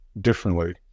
differently